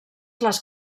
les